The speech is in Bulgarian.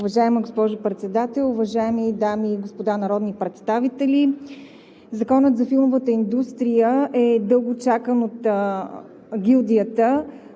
Уважаема госпожо Председател, уважаеми дами и господа народни представители! Законът за филмовата индустрия е дълго чакан от гилдията.